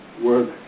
work